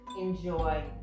enjoy